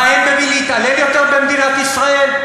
מה, אין במי להתעלל יותר במדינת ישראל?